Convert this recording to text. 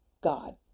God